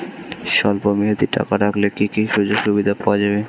স্বল্পমেয়াদী টাকা রাখলে কি কি সুযোগ সুবিধা পাওয়া যাবে?